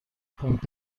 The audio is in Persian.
پمپ